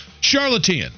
charlatan